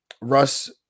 Russ